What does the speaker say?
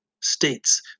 states